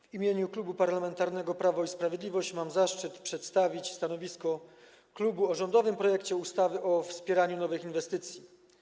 W imieniu Klubu Parlamentarnego Prawo i Sprawiedliwość mam zaszczyt przedstawić stanowisko klubu wobec sprawozdania o rządowym projekcie ustawy o wspieraniu nowych inwestycji.